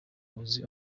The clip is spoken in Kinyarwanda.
uzi